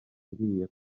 iriya